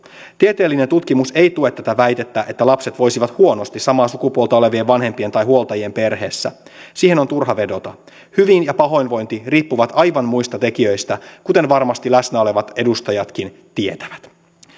tieteellinen tutkimus ei tue tätä väitettä että lapset voisivat huonosti samaa sukupuolta olevien vanhempien tai huoltajien perheessä siihen on turha vedota hyvin ja pahoinvointi riippuvat aivan muista tekijöistä kuten varmasti läsnä olevat edustajatkin tietävät